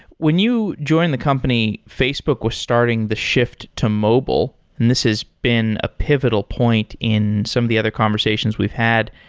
when you jo ined the company, facebook was starting the shift to mobile and this has been a pivotal point in some of the other conversations we've had.